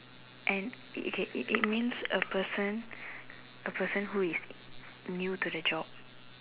and it it okay it means a person a person who is new to the job